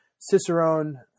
Cicerone